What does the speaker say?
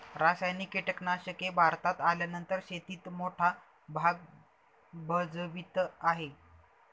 रासायनिक कीटनाशके भारतात आल्यानंतर शेतीत मोठा भाग भजवीत आहे